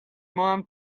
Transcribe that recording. ماهم